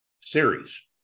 series